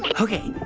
like ok,